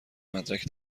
مدرک